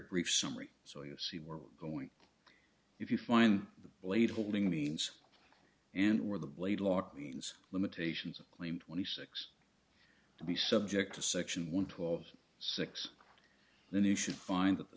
brief summary so you see we're going if you find the blade holding means and where the blade larkin's limitations claim twenty six to be subject to section one twelve six then you should find that the